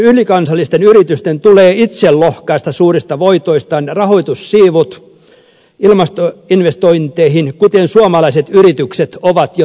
näiden ylikansallisten yritysten tulee itse lohkaista suurista voitoistaan rahoitussiivut ilmastoinvestointeihin kuten suomalaiset yritykset ovat jo tehneet